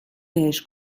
بهش